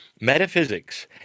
Metaphysics